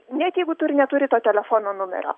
net jeigu tu ir neturi to telefono numerio